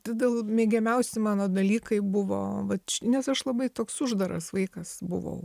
todėl mėgiamiausi mano dalykai buvo vat nes aš labai toks uždaras vaikas buvau